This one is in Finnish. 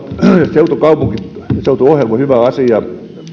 seutukaupungit seutuohjelma on hyvä asia